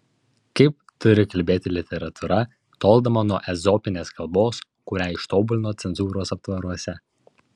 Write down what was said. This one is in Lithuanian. kaip turi kalbėti literatūra toldama nuo ezopinės kalbos kurią ištobulino cenzūros aptvaruose